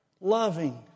loving